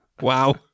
Wow